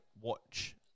watch